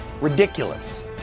Ridiculous